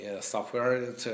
software